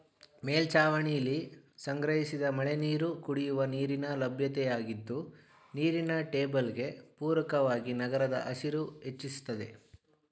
ಮೇಲ್ಛಾವಣಿಲಿ ಸಂಗ್ರಹಿಸಿದ ಮಳೆನೀರು ಕುಡಿಯುವ ನೀರಿನ ಲಭ್ಯತೆಯಾಗಿದ್ದು ನೀರಿನ ಟೇಬಲ್ಗೆ ಪೂರಕವಾಗಿ ನಗರದ ಹಸಿರು ಹೆಚ್ಚಿಸ್ತದೆ